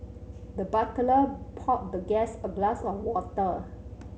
the butler poured the guest a glass of water